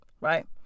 Right